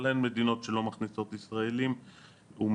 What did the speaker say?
אבל אלה מדינות שלא מכניסות ישראלים וממילא